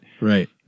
Right